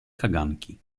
kaganki